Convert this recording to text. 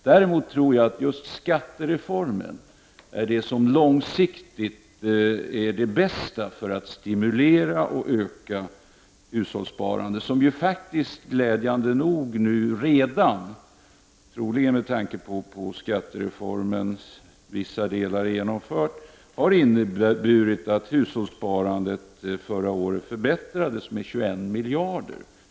Däremot tror jag att just skattereformen långsiktigt är det bästa för att stimulera och därmed öka hushållssparandet. Hushållssparandet förbättrades glädjande nog under förra året med 21 miljarder, troligen beroende på att vissa delar i skattereformen redan har genomförts.